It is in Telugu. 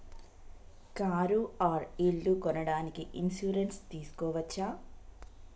కారు ఆర్ ఇల్లు కొనడానికి ఇన్సూరెన్స్ తీస్కోవచ్చా?